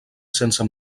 sense